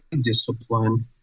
discipline